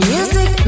Music